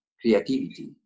creativity